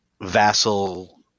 vassal